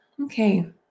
Okay